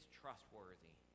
trustworthy